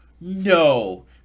no